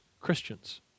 Christians